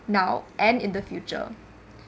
now and in the future